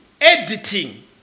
editing